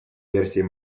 версией